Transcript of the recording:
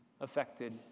affected